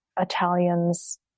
Italians